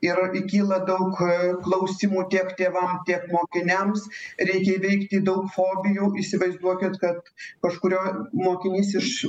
ir kyla daug a klausimų tiek tėvam tiek mokiniams reikia įveikti daug fobijų įsivaizduokit kad kažkurio mokinys iš